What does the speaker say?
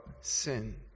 sin